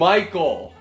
Michael